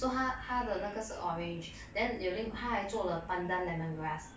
so 他他的那个是 orange then 有另他还做了 pandan lemongrass